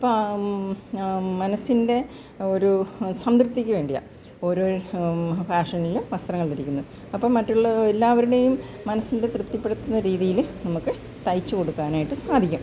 അപ്പം മനസ്സിൻ്റെ ഒരു സംതൃപ്തിക്ക് വേണ്ടിയാണ് ഓരോ ഫാഷനിൽ വസ്ത്രങ്ങളിരിക്കുന്ന അപ്പോൾ മറ്റുള്ളവ എല്ലാവരുടെയും മനസ്സിൻ്റെ തൃപ്തിപ്പെട്ത്ത്ന്ന രീതിയിൽ നമുക്ക് തയ്ച്ച് കൊടുക്കാനായിട്ട് സാധിക്കും